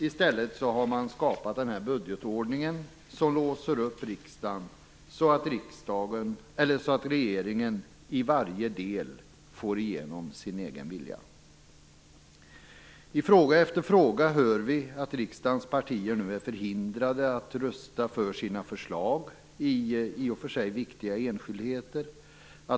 I stället har man skapat denna budgetordning som låser upp riksdagen så att regeringen i varje del får igenom sin egen vilja. I fråga efter fråga hör vi att riksdagens partier nu är förhindrade att rösta för sina förslag i viktiga enskildheter.